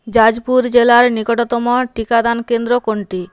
জাজপুর জেলার নিকটতম টিকাদান কেন্দ্র কোনটি